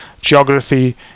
geography